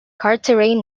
carteret